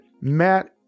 Matt